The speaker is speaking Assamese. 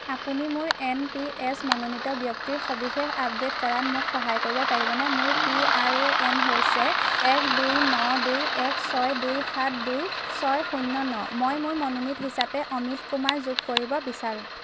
আপুনি মোৰ এন পি এছ মনোনীত ব্যক্তিৰ সবিশেষ আপডেট কৰাত মোক সহায় কৰিব পাৰিবনে মোৰ পি আৰ এ এন হৈছে এক দুই ন দুই এক ছয় দুই সাত দুই ছয় শূন্য ন মই মোৰ মনোনীত হিচাপে অমিত কুমাৰ যোগ কৰিব বিচাৰোঁ